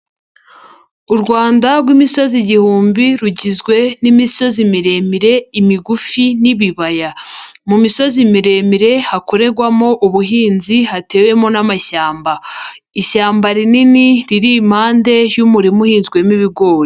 U Rwanda rw'imisozi igihumbi rugizwe n'imisozi miremire, imigufi n'ibibaya. Mu misozi miremire hakorerwamo ubuhinzi, hatewemo n'amashyamba. Ishyamba rinini riri impande y'umurima uhinzwemo ibigori.